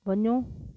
वञो